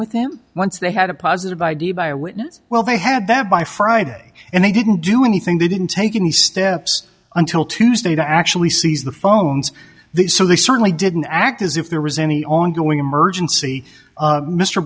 with them once they had a positive id by a witness well they had that by friday and they didn't do anything they didn't take any steps until tuesday to actually seize the phones these so they certainly didn't act as if there was any ongoing emergency